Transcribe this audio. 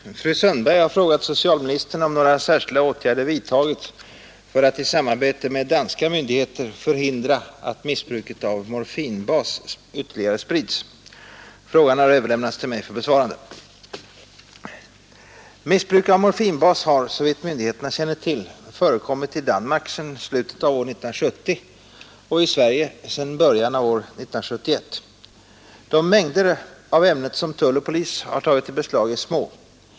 Herr talman! Fru Sundberg har frågat socialministern om några särskilda åtgärder vidtagits för att, i samarbete med danska myndigheter, förhindra att missbruket av morfinbas ytterligare sprids. Frågan har överlämnats till mig för besvarande. Missbruk av morfinbas har, såvitt myndigheterna känner till, förekommit i Danmark sedan slutet av år 1970 och i Sverige sedan början av år 1971. De mängder av ämnet som tull och polis tagit i beslag är små.